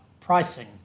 pricing